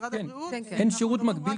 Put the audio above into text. במשרד הבריאות --- אין שירות מקביל